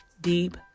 deep